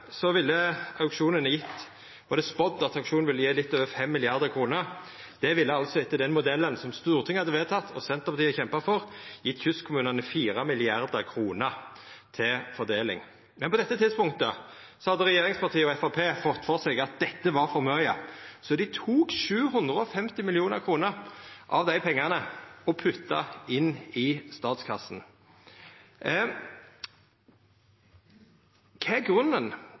at auksjonen ville gje litt over 5 mrd. kr. Det ville altså etter den modellen som Stortinget hadde vedteke og Senterpartiet kjempa for, gjeve kystkommunane 4 mrd. kr til fordeling. Men på dette tidspunktet hadde regjeringspartia og Framstegspartiet fått for seg at dette var for mykje, så dei tok 750 mill. kr av dei pengane og putta inn i statskassen. Kva er grunnen